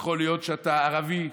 יכול להיות שאתה ערבי,